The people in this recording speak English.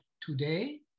today